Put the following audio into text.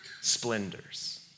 splendors